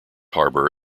harbour